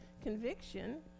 conviction